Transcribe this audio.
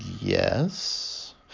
Yes